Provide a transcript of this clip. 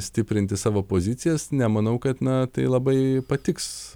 stiprinti savo pozicijas nemanau kad na tai labai patiks